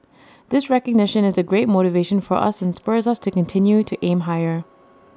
this recognition is great motivation for us and spurs us to continue to aim higher